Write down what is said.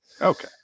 Okay